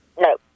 No